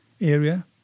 area